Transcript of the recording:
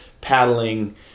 paddling